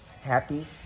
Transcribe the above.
Happy